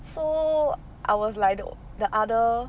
so I was like the other